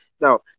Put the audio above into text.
Now